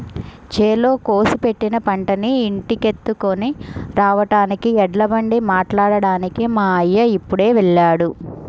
చేలో కోసి పెట్టిన పంటని ఇంటికెత్తుకొని రాడానికి ఎడ్లబండి మాట్లాడ్డానికి మా అయ్య ఇప్పుడే వెళ్ళాడు